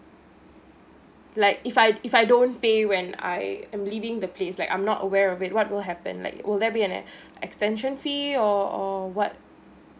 like if I if I don't pay when I am leaving the place like I'm not aware of it what will happen like will there be an extension fee or or what